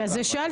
בגלל זה שאלתי.